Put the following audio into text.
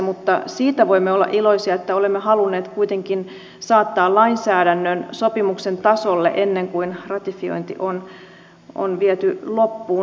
mutta siitä voimme olla iloisia että olemme halunneet kuitenkin saattaa lainsäädännön sopimuksen tasolle ennen kuin ratifiointi on viety loppuun asti